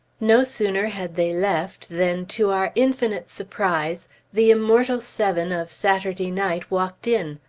no sooner had they left than, to our infinite surprise, the immortal seven of saturday night walked in.